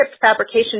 fabrication